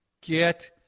Get